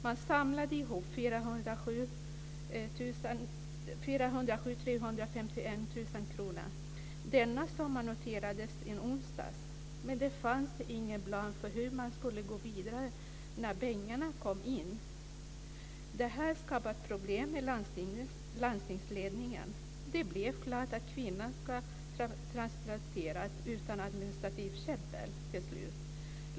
Man samlade ihop 407 351 kr. Denna summa noterades i onsdags. Men det fanns ingen plan för hur man skulle gå vidare när pengarna kom in. Det här skapar problem för landstingsledningen. Det blev till slut klart att kvinnan ska få transplantationen utan administrativt käbbel.